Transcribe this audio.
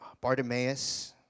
Bartimaeus